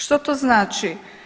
Što to znači?